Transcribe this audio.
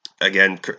Again